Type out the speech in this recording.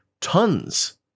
tons